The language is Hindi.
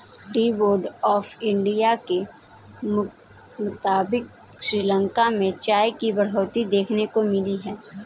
टी बोर्ड ऑफ़ इंडिया के मुताबिक़ श्रीलंका में चाय की बढ़ोतरी देखने को मिली है